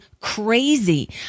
crazy